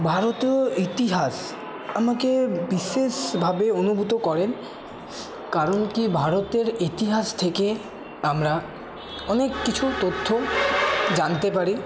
ভারতীয় ইতিহাস আমাকে বিশেষ ভাবে অনুভূত করে কারণ কি ভারতের ইতিহাস থেকে আমরা অনেক কিছু তথ্য জানতে পারি